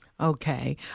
Okay